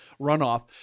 runoff